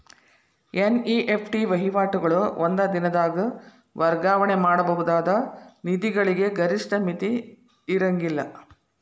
NEFT ವಹಿವಾಟುಗಳು ಒಂದ ದಿನದಾಗ್ ವರ್ಗಾವಣೆ ಮಾಡಬಹುದಾದ ನಿಧಿಗಳಿಗೆ ಗರಿಷ್ಠ ಮಿತಿ ಇರ್ಂಗಿಲ್ಲಾ